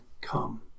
come